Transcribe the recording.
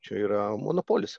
čia yra monopolis